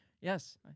Yes